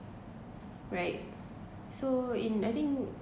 right so in I think